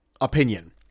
opinion